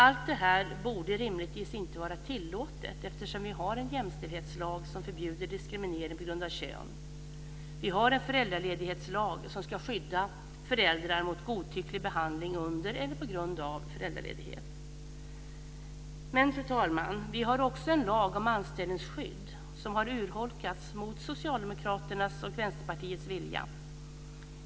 Allt det här borde rimligtvis inte vara tillåtet, eftersom vi har en jämställdhetslag som förbjuder diskriminering på grund av kön och en föräldraledighetslag som ska skydda föräldrar mot godtycklig behandling under eller på grund av föräldraledighet. Fru talman! Vi har också en lag om anställningsskydd som har urholkats, mot Socialdemokraternas och Vänsterpartiets vilja.